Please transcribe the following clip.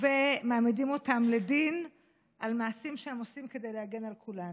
ומעמידים אותם לדין על מעשים שהם עושים כדי להגן על כולנו.